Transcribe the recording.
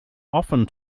often